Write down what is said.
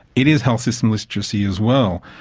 it is health system literacy as well.